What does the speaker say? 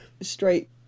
straight